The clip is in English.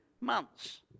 months